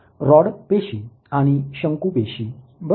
rod पेशी आणि शंकू पेशी बरोबर